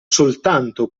soltanto